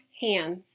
hands